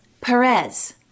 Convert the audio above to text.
Perez